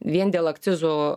vien dėl akcizų